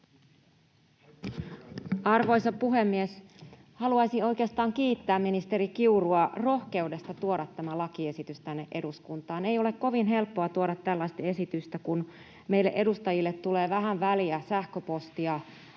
Arvoisa puhemies! Haluaisin oikeastaan kiittää ministeri Kiurua rohkeudesta tuoda tämä lakiesitys tänne eduskuntaan. Ei ole kovin helppoa tuoda tällaista esitystä, kun meille edustajille tulee vähän väliä sähköpostia